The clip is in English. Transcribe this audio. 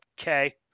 Okay